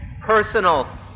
personal